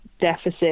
deficit